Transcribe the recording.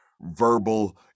verbal